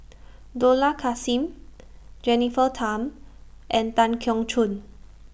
Dollah Kassim Jennifer Tham and Tan Keong Choon